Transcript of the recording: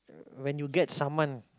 uh when you get saman